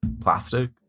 plastic